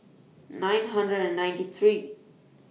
nine hundred and ninety three